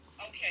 okay